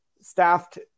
staffed